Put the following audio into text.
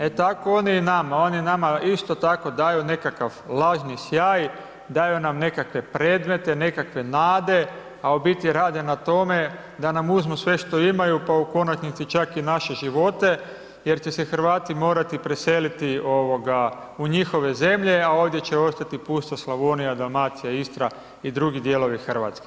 E tako oni i nama, oni nama isto tako daju nekakav lažni sjaj, daju nam nekakve predmete, nekakve nade, a u biti rade na tome da nam uzmu sve što imaju, pa u konačnici čak i naše živote jer će se Hrvati morati preseliti u njihove zemlje, a ovdje će ostati pusta Slavonija, Dalmacija, Istra i drugi dijelovi Hrvatske.